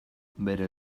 bere